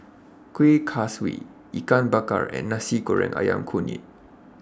Kuih Kaswi Ikan Bakar and Nasi Goreng Ayam Kunyit